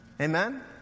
Amen